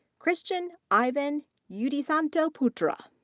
christian ivan yudisanto putra.